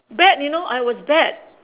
bad you know I was bad